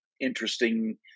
interesting